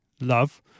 love